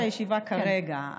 בראש הישיבה כרגע,